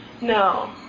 No